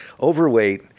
overweight